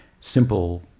simple